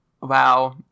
Wow